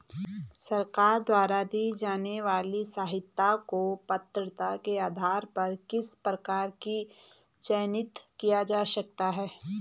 सरकार द्वारा दी जाने वाली सहायता को पात्रता के आधार पर किस प्रकार से चयनित किया जा सकता है?